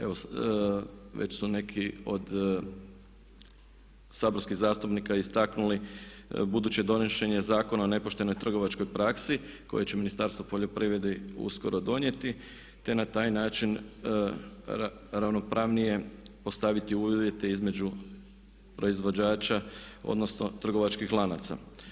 Evo već su neki od saborskih zastupnika istaknuli, buduće donošenje Zakona o nepoštenoj trgovačkoj praksi koje će Ministarstvo poljoprivrede uskoro donijeti te na taj način ravnopravnije postaviti uvjete između proizvođača odnosno trgovačkih lanaca.